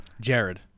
Jared